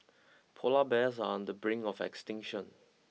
polar bears are on the brink of extinction